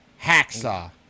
Hacksaw